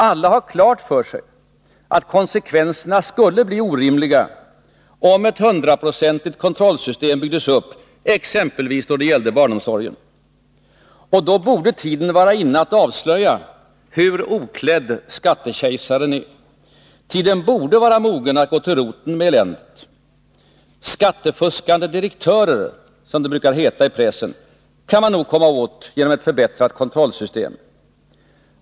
Alla har klart för sig att konsekvenserna skulle bli orimliga om ett hundraprocentigt kontrollsystem byggdes upp, exempelvis då det gäller barnomsorgen. Då borde tiden vara inne att avslöja hur oklädd skattekejsaren är. Tiden borde vara mogen att gå till roten med eländet. ”Skattefuskande direktörer” — som det brukar heta i pressen — kan man nog komma åt genom ett förbättrat kontrollsystem.